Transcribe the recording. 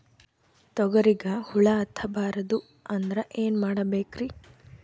ತೊಗರಿಗ ಹುಳ ಹತ್ತಬಾರದು ಅಂದ್ರ ಏನ್ ಮಾಡಬೇಕ್ರಿ?